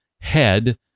head